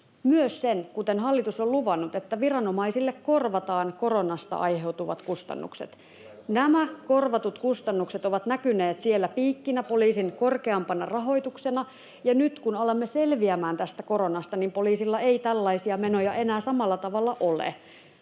myös sen, kuten hallitus on luvannut, että viranomaisille korvataan koronasta aiheutuvat kustannukset. Nämä korvatut kustannukset ovat näkyneet siellä piikkinä, poliisin korkeampana rahoituksena, ja nyt kun alamme selviämään tästä koronasta, niin poliisilla ei tällaisia menoja enää samalla tavalla ole.